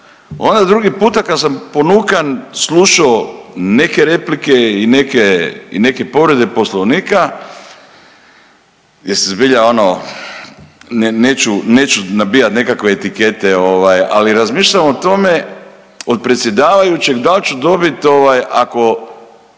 Onda drugi puta kad sam ponukan slušao neke replike i neke povrede Poslovnika jer se zbilja ono neću nabijat nekakve etikete, ali razmišljao sam o tome od predsjedavajućeg da li ću dobiti ako